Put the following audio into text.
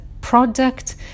product